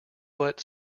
what